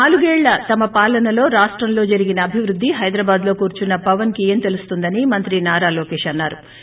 నాలుగేళ్ల తమ పాలనలో రాష్టంలో జరిగిన అభివృద్ది హైదరాబాద్లో కూర్పున్న పవన్ కి ఏం తెలుస్తుందని మంత్రి నారా లోకేశ్ అన్నాయే